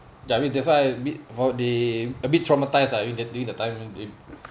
ya I mean that's why I a bit for the a bit traumatized I mean during the time